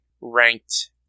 ranked